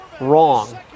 wrong